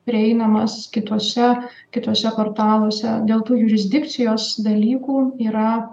prieinamas kituose kituose portaluose dėl tų jurisdikcijos dalykų yra